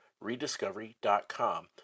rediscovery.com